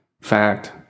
fact